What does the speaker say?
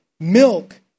Milk